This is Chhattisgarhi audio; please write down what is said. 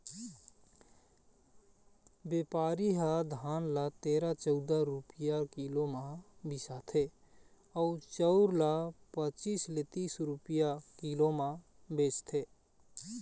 बेपारी ह धान ल तेरा, चउदा रूपिया किलो म बिसाथे अउ चउर ल पचीस ले तीस रूपिया किलो म बेचथे